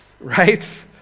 right